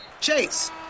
Chase